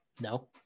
No